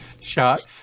shot